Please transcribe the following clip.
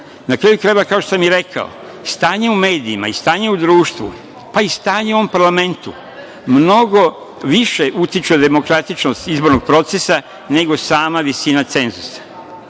kraju krajeva, kao što sam i rekao, stanje u medijima i stanje u društvu, pa i stanje u ovom parlamentu, mnogo više utiče na demokratičnost izbornog procesa nego sama visina cenzusa. Naravno